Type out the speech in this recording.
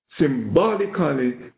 symbolically